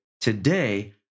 today